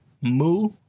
Moo